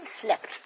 slept